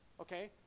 Okay